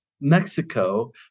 Mexico